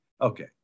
okay